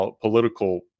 political